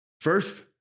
First